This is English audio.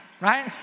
right